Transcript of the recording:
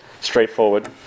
straightforward